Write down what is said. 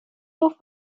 گفت